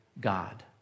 God